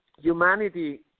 Humanity